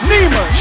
Nima